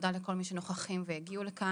תודה לכל מי שנוכחים והגיעו לכאן.